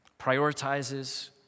prioritizes